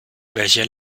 welcher